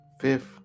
Fifth